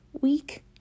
week